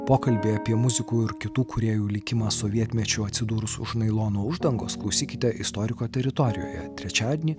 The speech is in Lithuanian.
pokalbį apie muzikų ir kitų kūrėjų likimą sovietmečiu atsidūrus už nailono uždangos klausykite istoriko teritorijoje trečiadienį